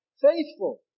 Faithful